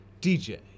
DJ